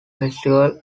festival